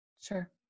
Sure